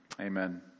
Amen